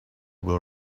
will